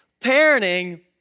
parenting